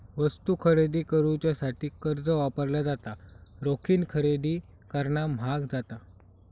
वस्तू खरेदी करुच्यासाठी कर्ज वापरला जाता, रोखीन खरेदी करणा म्हाग जाता